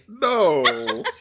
No